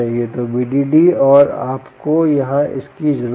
तो VDD और आपको यहां इसकी जरूरत है